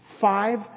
five